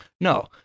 no